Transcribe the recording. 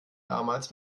damals